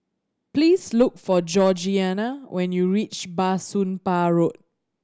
please look for Georgiana when you reach Bah Soon Pah Road